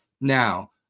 Now